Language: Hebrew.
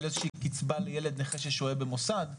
איזושהי קצבה לילד נכה ששוהה במוסד.